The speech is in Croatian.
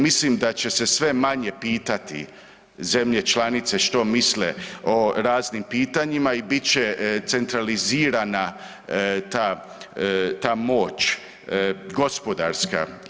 Mislim da će se sve manje pitati zemlje članice što misle o raznim pitanjima i bit će centralizirana ta, ta moć gospodarska.